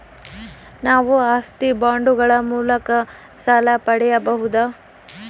ನಾವು ಆಸ್ತಿ ಬಾಂಡುಗಳ ಮೂಲಕ ಸಾಲ ಪಡೆಯಬಹುದಾ?